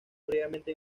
previamente